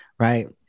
Right